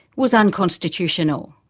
was unconstitutional.